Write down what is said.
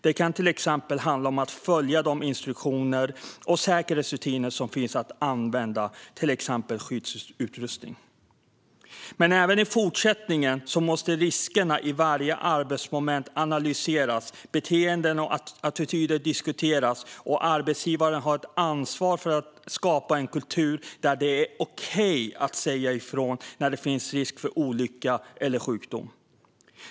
Det kan till exempel handla om att följa de instruktioner och säkerhetsrutiner som finns och att använda skyddsutrustning. Även i fortsättningen måste riskerna i varje arbetsmoment analyseras och beteenden och attityder diskuteras. Arbetsgivaren har ett ansvar att skapa en kultur där det är okej att säga ifrån när det finns risk för olycka eller sjukdom.